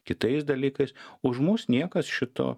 kitais dalykais už mus niekas šito